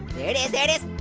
there it is, there it is.